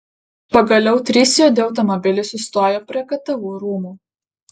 pagaliau trys juodi automobiliai sustojo prie ktu rūmų